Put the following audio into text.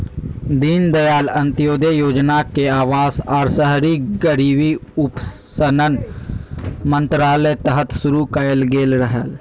दीनदयाल अंत्योदय योजना के अवास आर शहरी गरीबी उपशमन मंत्रालय तहत शुरू कइल गेलय हल